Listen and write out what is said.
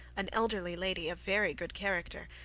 an elderly lady of very good character,